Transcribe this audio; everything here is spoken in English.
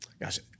Gotcha